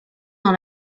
dans